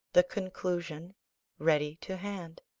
the conclusion ready to hand.